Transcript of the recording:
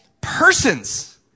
persons